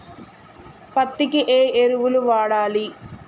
పత్తి కి ఏ ఎరువులు వాడాలి?